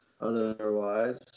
otherwise